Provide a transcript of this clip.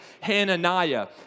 Hananiah